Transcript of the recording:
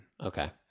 Okay